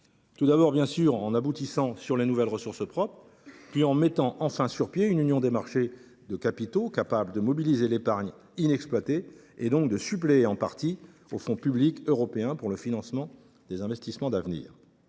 Tout d’abord, bien sûr, il faut aboutir sur les nouvelles ressources propres. Puis, il faut mettre enfin sur pied une union des marchés de capitaux capable de mobiliser l’épargne inexploitée, donc de suppléer en partie aux fonds publics européens pour le financement des investissements d’avenir.